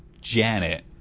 Janet